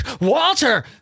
Walter